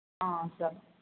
సరే